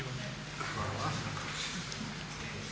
Hvala